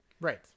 Right